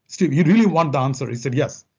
steve, you really want the answer? he said, yes.